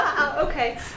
Okay